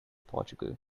portugal